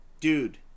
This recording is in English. dude